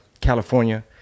California